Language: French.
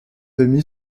demi